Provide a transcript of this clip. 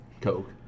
Coke